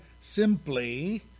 simply